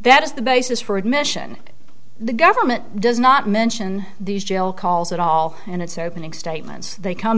that is the basis for admission the government does not mention these jail calls at all and it's opening statements they come